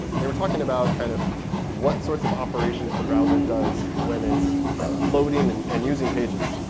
they were talking about kind of what sorts of operations the browser does when it's loading and and using pages.